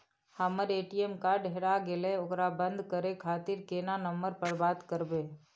हमर ATM card हेराय गेले ओकरा बंद करे खातिर केना नंबर पर बात करबे?